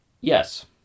yes